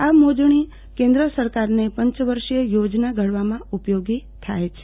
આ મોજણી કેન્દ્ર સરકારને પંચવર્ષીય યોજના ઘડવામાં ઉપયોગી થાય છે